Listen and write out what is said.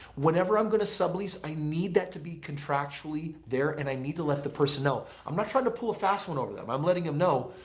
whenever i'm going to sublease i need that to be contractually there and i need to let the personnel i'm not trying to pull a fast one over them i'm letting them know,